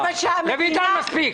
רויטל, מספיק.